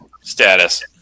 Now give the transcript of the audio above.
status